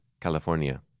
California